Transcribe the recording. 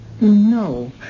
No